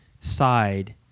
side